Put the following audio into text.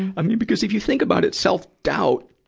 i mean, because if you think about it, self-doubt,